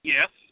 Yes